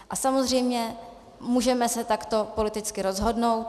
A samozřejmě můžeme se takto politicky rozhodnout.